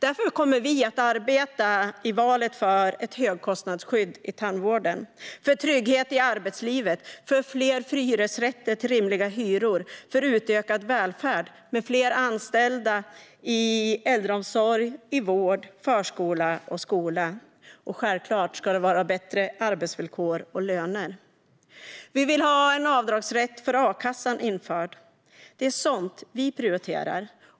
Därför kommer vi inför valet att arbeta för ett högkostnadsskydd i tandvården, för trygghet i arbetslivet, för fler hyresrätter till rimliga hyror och för utökad välfärd med fler anställda i äldreomsorg, i vård och i förskola och skola. Och självklart ska det vara bättre arbetsvillkor och löner. Vi vill införa en avdragsrätt för a-kassan. Det är sådant vi prioriterar.